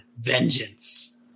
vengeance